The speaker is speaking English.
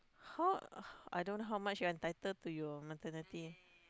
how I don't know how much you entitled to your maternity